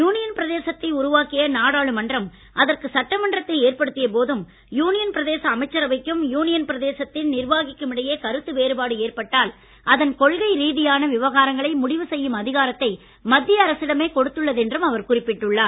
union பிரதேசத்தை உருவாக்கிய நாடாளுமன்றம் அதற்கு சட்டமன்றத்தை ஏற்படுத்திய போதும் யுனியன் பிரதேச அமைச்சரவைக்கும் யுனியன் பிரதேசத்தின் நிர்வாகிக்கும் இடையே கருத்து வேறுபாடு ஏற்பட்டால் அதன் கொள்கை ரீதியான விவகாரங்களை முடிவு செய்யும் அதிகாரத்தை மத்திய அரசிடமே கொடுத்துள்ளது என்றும் அவர் குறிப்பிட்டுள்ளார்